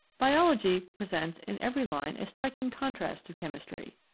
biology presents in every line a striking con trast to chemistry.